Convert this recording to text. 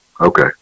okay